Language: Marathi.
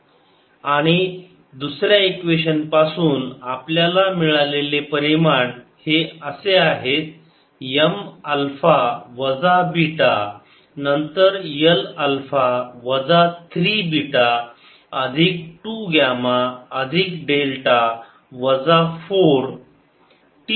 MT 1Mα β Lα 3β2γδ 4 T 2α3βI 2α2βγ आणि दुसऱ्या इक्वेशन पासून आपल्याला मिळालेले परिमाण हे असे आहेत M अल्फा वजा बीटा नंतर L अल्फा वजा 3 बीटा अधिक 2 ग्यामा अधिक डेल्टा वजा 4